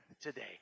today